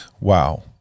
Wow